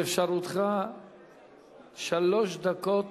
באפשרותך בשלוש דקות